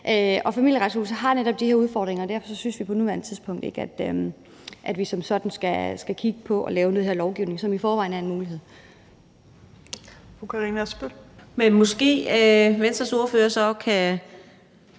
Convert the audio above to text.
Familieretshuset netop har de her udfordringer, og derfor synes vi på nuværende tidspunkt ikke, at vi som sådan skal kigge på at lave lovgivning om det her, når der i forvejen er en mulighed.